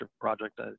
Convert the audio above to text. project